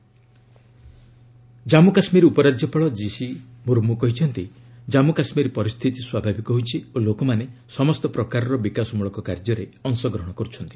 JK ସିଚ୍ଚ ଏସନ୍ ଜନ୍ମୁ କାଶ୍ମୀର ଉପରାଜ୍ୟପାଳ କିସି ମୁର୍ମୁ କହିଛନ୍ତି ଜନ୍ମୁ କାଶ୍ମୀର ପରିସ୍ଥିତି ସ୍ୱାଭାବିକ ହୋଇଛି ଓ ଲୋକମାନେ ସମସ୍ତ ପ୍ରକାରର ବିକାଶମୂଳକ କାର୍ଯ୍ୟରେ ଅଂଶଗ୍ରହଣ କରୁଛନ୍ତି